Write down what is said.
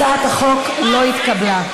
הצעת החוק לא התקבלה.